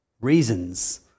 reasons